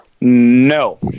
no